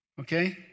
Okay